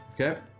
okay